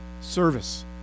service